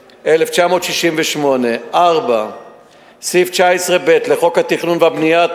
התשכ"ח1968 ; 4. סעיף 19(ב) לחוק התכנון והבנייה,